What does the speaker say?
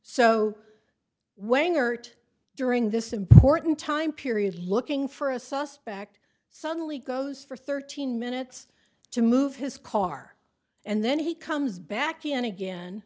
art during this important time period looking for a suspect suddenly goes for thirteen minutes to move his car and then he comes back in again